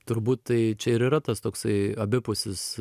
turbūt tai čia ir yra tas toksai abipusis